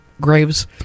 graves